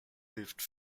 hilft